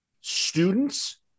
students